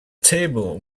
table